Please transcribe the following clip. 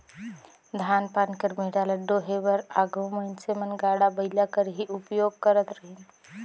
धान पान कर बीड़ा ल डोहे बर आघु मइनसे मन गाड़ा बइला कर ही उपियोग करत रहिन